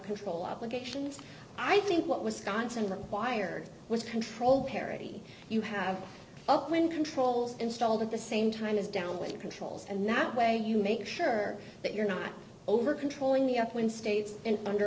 control obligations i think what was constant required was control parity you have up when controls installed at the same time is down with controls and that way you make sure that you're not over controlling the up win states and under